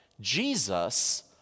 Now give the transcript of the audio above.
Jesus